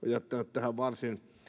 tähän varsin